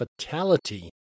fatality